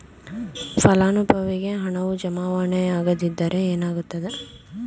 ಫಲಾನುಭವಿಗೆ ಹಣವು ಜಮಾವಣೆ ಆಗದಿದ್ದರೆ ಏನಾಗುತ್ತದೆ?